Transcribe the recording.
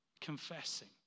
confessing